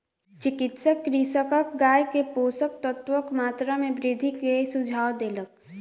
चिकित्सक कृषकक गाय के पोषक तत्वक मात्रा में वृद्धि के सुझाव देलक